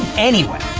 anyway,